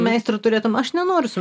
meistro turėtum aš nenoriu su